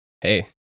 Hey